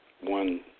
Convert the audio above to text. One